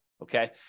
Okay